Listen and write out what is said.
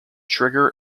trigger